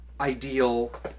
ideal